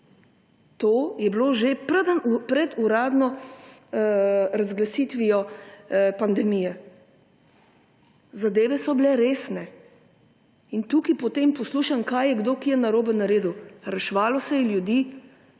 To je bilo pred uradno razglasitvijo pandemije. Zadeve so bile resne in tukaj potem poslušam, kaj je kdo kaj narobe naredil. Reševalo se je ljudi.